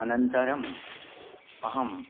अनन्तरम् अहम्